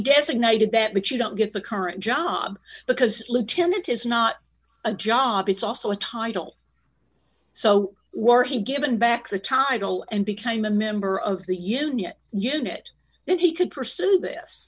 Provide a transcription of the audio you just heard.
designated that but you don't get the current job because lieutenant is not a job it's also a title so were he given back the title and became a member of the union yet it meant he could pursue this